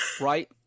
right